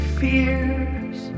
fears